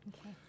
Okay